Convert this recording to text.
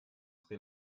sri